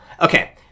Okay